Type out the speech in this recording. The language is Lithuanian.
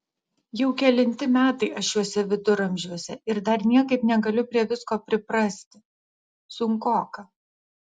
jau kelinti metai aš šiuose viduramžiuose ir dar niekaip negaliu prie visko priprasti sunkoka